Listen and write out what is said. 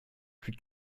plus